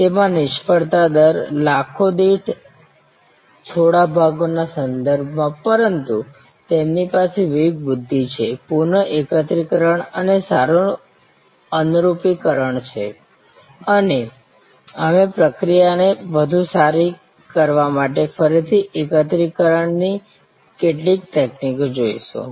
તેમાં નિષ્ફળતા દર લાખો દીઠ થોડા ભાગોના સંદર્ભમાં પરંતુ તેમની પાસે વિવેકબુદ્ધિ છે પુનઃ અકત્રીકરણ અને સારું અનુરૂપિકર્ણ છે અને અમે પ્રક્રિયાને વધુ સારી કરવા માટે ફરીથી એકત્રીકરન ની કેટલીક તકનીકો જોઈશું